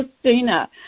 Christina